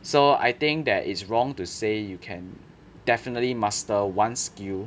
so I think that it's wrong to say you can definitely master one skill